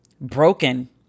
broken